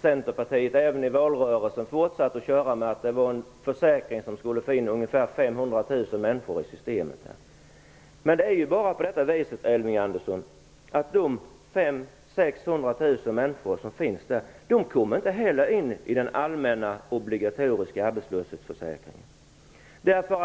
Centerpartiet fortsatte att dra även i valrörelsen, nämligen att det var en försäkring som skulle få in ungefär 500 000 människor i systemet. Men dessa 500 000-600 000 människor kommer inte in i den allmänna "obligatoriska" arbetslöshetsförsäkringen heller.